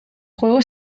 juego